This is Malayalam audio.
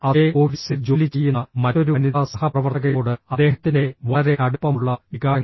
അതേ ഓഫീസിൽ ജോലി ചെയ്യുന്ന മറ്റൊരു വനിതാ സഹപ്രവർത്തകയോട് അദ്ദേഹത്തിൻ്റെ വളരെ അടുപ്പമുള്ള വികാരങ്ങൾ